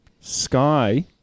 Sky